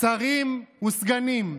שרים וסגנים,